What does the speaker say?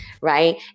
right